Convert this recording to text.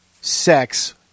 sex